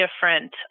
different